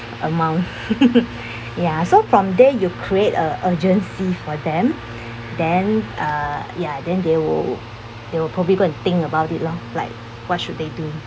amount ya so from there you create a urgency for them then uh ya then they will they will probably go and think about it lor like what should they do